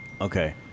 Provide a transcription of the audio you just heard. Okay